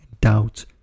doubt